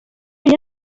yari